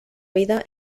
vida